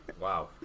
wow